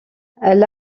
elle